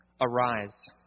Arise